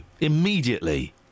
Immediately